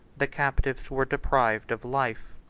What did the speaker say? the captives were deprived of life,